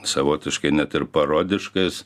savotiškai net ir parodiškais